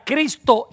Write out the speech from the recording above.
Cristo